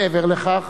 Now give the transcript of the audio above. מעבר לכך